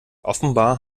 offenbar